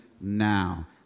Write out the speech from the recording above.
now